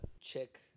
Chick